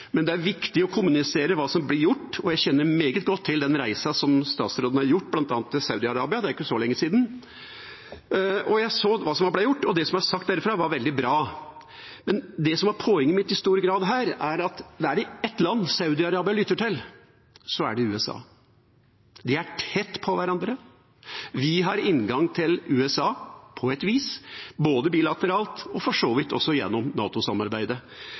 men det er viktig å kommunisere hva som blir gjort. Jeg kjenner meget godt til den reisen statsråden har gjort til bl.a. Saudi-Arabia. Det er ikke så lenge siden. Jeg så hva som ble gjort, og det som ble sagt derfra, var veldig bra. Men det som i stor grad var poenget mitt her, var at er det ett land Saudi-Arabia lytter til, så er det USA. De er tett på hverandre. Vi har inngang til USA på et vis, både bilateralt og for så vidt også gjennom